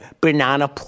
banana